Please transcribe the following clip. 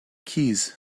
keys